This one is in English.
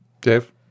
Dave